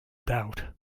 doubt